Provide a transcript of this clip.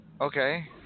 Okay